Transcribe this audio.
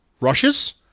rushes